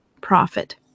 profit